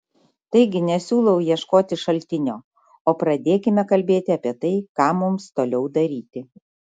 taigi nesiūlau ieškoti šaltinio o pradėkime kalbėti apie tai ką mums toliau daryti